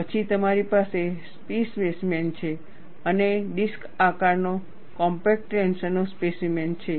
પછી તમારી પાસે C સ્પેસીમેન અને ડિસ્ક આકારનો કોમ્પેક્ટ ટેન્શનનો સ્પેસીમેન છે